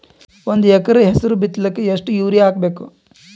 ಒಂದ್ ಎಕರ ಹೆಸರು ಬಿತ್ತಲಿಕ ಎಷ್ಟು ಯೂರಿಯ ಹಾಕಬೇಕು?